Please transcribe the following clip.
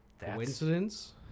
Coincidence